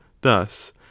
Thus